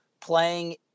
playing